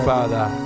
Father